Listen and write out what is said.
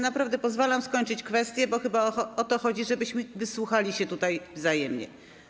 Naprawdę pozwalam skończyć kwestię, bo chyba o to chodzi, żebyśmy wysłuchali się tutaj wzajemnie.